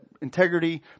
integrity